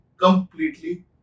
completely